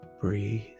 Breathe